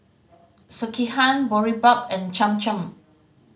Sekihan Boribap and Cham Cham